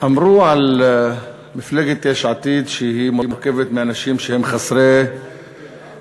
אמרו על מפלגת יש עתיד שהיא מורכבת מאנשים שהם חסרי ניסיון,